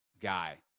guy